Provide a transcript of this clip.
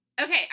Okay